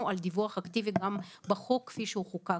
על דיווח אקטיבי גם בחוק כפי שהוא חוקק.